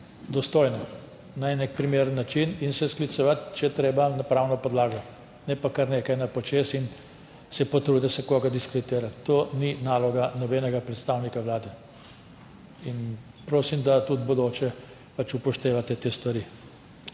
Dostojno, na nek primeren način in se sklicevati, če je treba, na pravno podlago, ne pa kar nekaj na počez in se potruditi, da se koga diskreditirati. To ni naloga nobenega predstavnika Vlade. Prosim, da tudi v bodoče upoštevate te stvari.